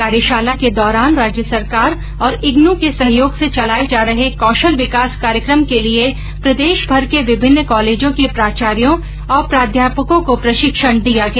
कार्यशाला के दौरान राज्य सरकार और इग्नू के सहयोग से चलाये जा रहे कौशल विकास कार्यक्रम के लिए प्रदेशभर के विभिन्न कॉलेजों के प्राचार्यो और प्राध्यापकों को प्रशिक्षण दिया गया